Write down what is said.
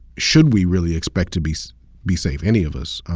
should we really expect to be be safe? any of us.